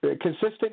consistent